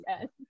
yes